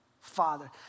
Father